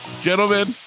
gentlemen